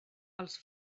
els